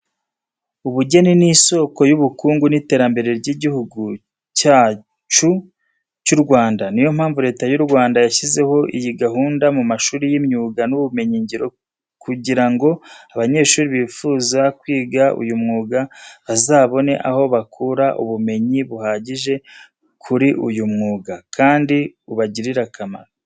Ubugeni ni isoko y'ubukungu n'iterambere ry'Igihugu cyacyu cy'u Rwanda. Niyo mpamvu Leta y'u Rwanda yashyizeho iyi gahunda mu mashuri y'imyuga n'ubumenyingiro kugira ngo abanyeshuri bifuza kwiga uyu mwiga, bazabone aho bakura ubumenyi buhagije kuri uyu mwuga kandi ubagirire akamaro.